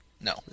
No